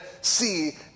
see